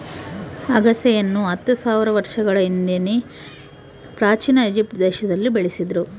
ಅಗಸೆಯನ್ನು ಹತ್ತು ಸಾವಿರ ವರ್ಷಗಳ ಹಿಂದೆಯೇ ಪ್ರಾಚೀನ ಈಜಿಪ್ಟ್ ದೇಶದಲ್ಲಿ ಬೆಳೀತಿದ್ರು